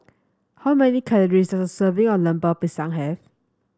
how many calories does a serving of Lemper Pisang have